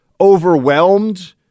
overwhelmed